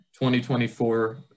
2024